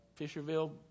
Fisherville